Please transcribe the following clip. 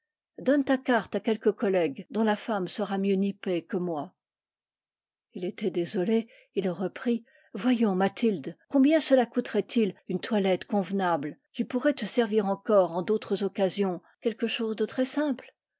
donne ta carte à quelque collègue dont la femme sera mieux nippée que moi ii était désolé il reprit voyons mathilde combien cela coûterait il une toilette convenable qui pourrait te servir encore en d'autres occasions quelque chose de très simple